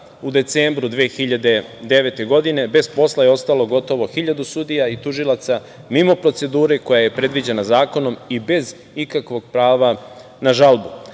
u decembru 2009. godine, bez posla je ostalo, gotovo, 1000 sudija i tužilaca, mimo procedure koja je predviđena zakonom i bez ikakvog prava na žalbu. Glavni